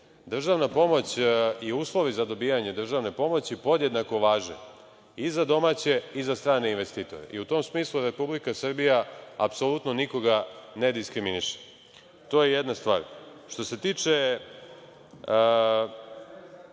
Državna pomoć i uslovi za dobijanje državne pomoći podjednako važe i za domaće i za strane investitore i u tom smislu Republika Srbija apsolutno nikoga ne diskriminiše. To je jedna stvar. Što se tiče